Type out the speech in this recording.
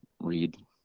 read